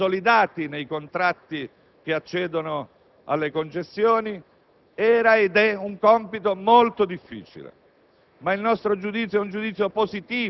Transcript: con interessi e diritti consolidati, nei contratti che accedono alle concessioni. Era ed è un compito molto difficile.